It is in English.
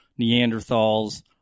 Neanderthals